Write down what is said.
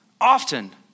often